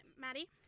Maddie